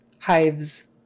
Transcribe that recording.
hives